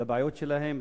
לבעיות שלהם,